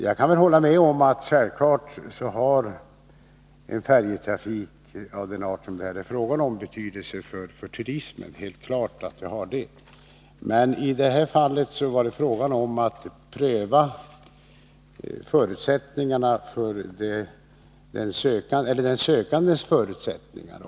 Jag kan hålla med om att en färjetrafik av den art som det här är fråga om självfallet har betydelse för turismen — helt klart har den det. I det här fallet var det fråga om att pröva den sökandes förutsättningar.